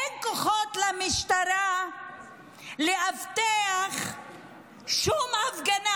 אין כוחות למשטרה לאבטח שום הפגנה.